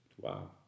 wow